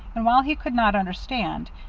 and while he could not understand,